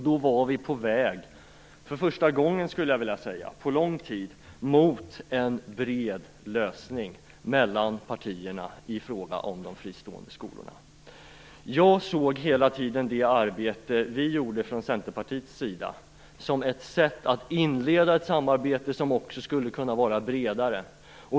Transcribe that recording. Då var vi på väg - för första gången på länge, skulle jag vilja säga - mot en bred lösning mellan partierna i fråga om de fristående skolorna. Jag såg hela tiden Centerpartiets arbete som ett sätt att inleda ett bredare samarbete.